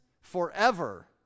forever